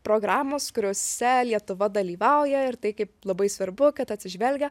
programos kuriose lietuva dalyvauja ir tai kaip labai svarbu kad atsižvelgia